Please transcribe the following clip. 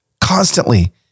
constantly